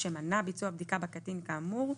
שמנע ביצוע בדיקה בקטין כאמור,